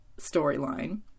storyline